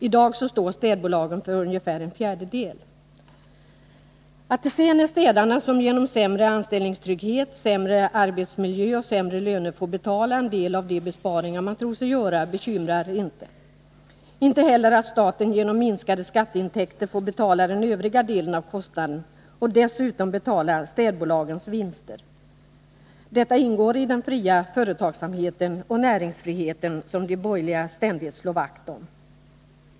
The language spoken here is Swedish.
I dag står städbolagen för ungefär en fjärdedel. Att det sedan är städarna som genom sämre anställningstrygghet, sämre arbetsmiljö och sämre löner får betala en del av de besparingar man tror sig göra bekymrar inte, — inte heller att staten genom minskade skatteintäkter får betala den övriga delen av kostnaden och dessutom betala städbolagens vinster. Detta ingår i den fria företagsamheten och näringsfriheten som de borgerliga ständigt slår vakt om.